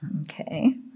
Okay